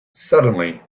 suddenly